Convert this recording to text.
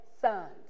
sons